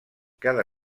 cada